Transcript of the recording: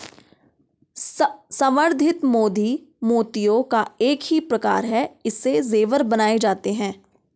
संवर्धित मोती मोतियों का ही एक प्रकार है इससे जेवर बनाए जाते हैं